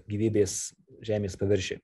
gyvybės žemės paviršiuj